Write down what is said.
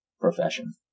profession